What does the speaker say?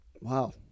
wow